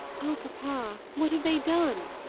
oh, papa! what have they done?